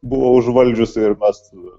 buvo užvaldžiusi ir mes